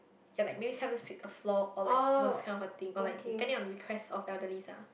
ya like maybe sometime sweep the floor or like those kind of a thing or like depending on request of elderlies ah